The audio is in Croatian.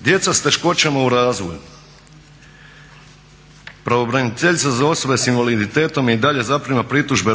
Djeca s teškoćama u razvoju. Pravobraniteljica za osobe s invaliditetom i dalje zaprima pritužbe